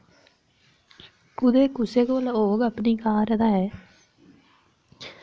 कुदै कुसै कोल होग अपनी कार तां ऐ